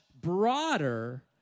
broader